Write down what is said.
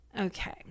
Okay